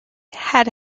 had